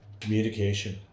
Communication